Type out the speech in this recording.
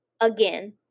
again